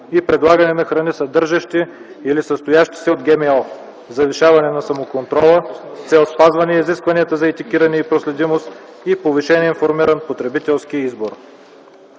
и предлагане на храни, съдържащи или състоящи се от ГМО; завишаване на самоконтрола, с цел спазване изискванията за етикетиране и проследимост и повишен информиран потребителски избор.